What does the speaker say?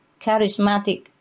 charismatic